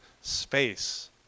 space